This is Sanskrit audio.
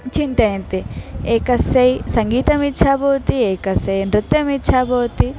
चिन्तयन्ति एकस्य सङ्गीते इच्छा भवति एकस्य नृत्ये इच्छा भवति